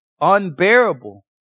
unbearable